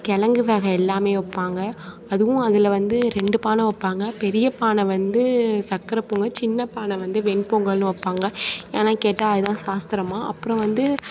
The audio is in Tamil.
கிழங்கு வகை எல்லாமே வைப்பாங்க அதுவும் அதில் வந்து ரெண்டு பானை வைப்பாங்க பெரிய பானை வந்து சக்கரை பொங்கல் சின்ன பானை வந்து வெண்பொங்கல்னு வைப்பாங்க ஏன்னா கேட்டால் அதுதான் சாஸ்திரமாம் அப்புறம் வந்து